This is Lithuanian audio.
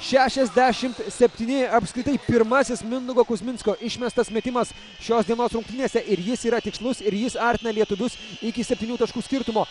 šešiasdešim septyni apskritai pirmasis mindaugo kuzminsko išmestas metimas šios dienos rungtynėse ir jis yra tikslus ir jis artina lietuvius iki septynių taškų skirtumo